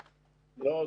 לא.